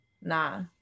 nah